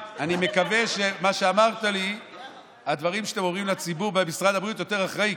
יואב אני מקווה שהדברים שאתם אומרים לציבור במשרד הבריאות יותר אחראיים,